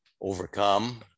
overcome